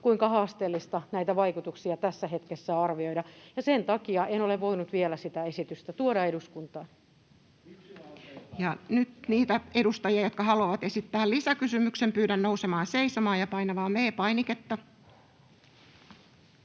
kuinka haasteellista näitä vaikutuksia tässä hetkessä on arvioida, ja sen takia en ole voinut vielä sitä esitystä tuoda eduskuntaan. Ja nyt niitä edustajia, jotka haluavat esittää lisäkysymyksen, pyydän nousemaan seisomaan ja painamaan V-painiketta.